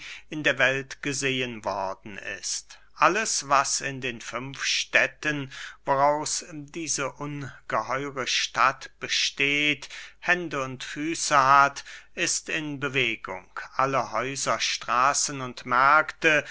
in der welt gesehen worden ist alles was in den fünf städten woraus diese ungeheure stadt besteht hände und füße hat ist in bewegung alle häuser straßen und märkte